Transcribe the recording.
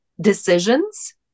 decisions